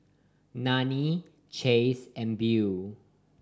Nannie Chace and Beau